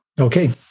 Okay